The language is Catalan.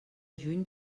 juny